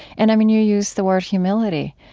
and, i mean, you used the word humility.